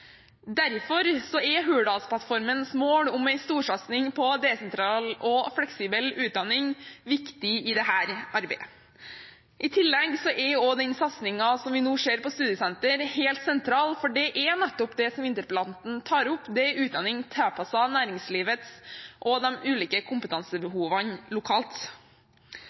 Derfor er Hurdalsplattformens mål om en storsatsing på desentral og fleksibel utdanning viktig i dette arbeidet. I tillegg er også den satsingen vi nå ser på studiesenter, helt sentral, for de er nettopp det som interpellanten tar opp, nemlig utdanning tilpasset næringslivet og de ulike kompetansebehovene lokalt.